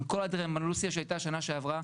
עם כל האנדרלמוסיה שהייתה בשנה שעברה,